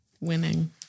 Winning